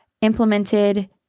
implemented